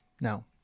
No